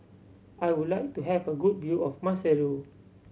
I would like to have a good view of Maseru